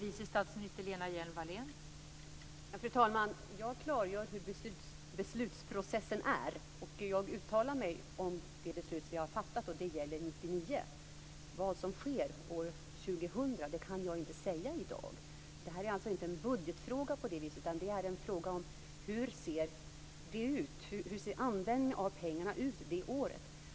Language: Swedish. Fru talman! Jag klargör hur beslutsprocessen är och uttalar mig om det beslut som vi har fattat, och det gäller år 1999. Vad som sker år 2000 kan jag inte säga i dag. Det här är alltså inte en budgetfråga på det viset, utan det är en fråga om hur användningen av pengarna ser ut det året.